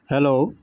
hello